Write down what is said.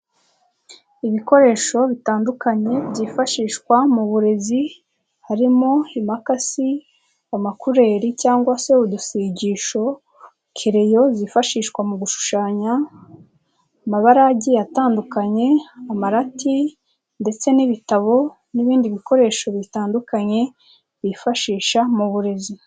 Ibikoresho bitandukanye byifashishwa mu burezi harimo impakasi, amakureri cyangwa se udusigisho, kereyo zifashishwa mu gushushanya, amabara agiye atandukanye, amarati ndetse n'ibitabo n'ibindi bikoresho bitandukanye bifashisha mu burezi.